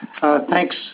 thanks